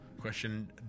Question